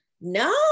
No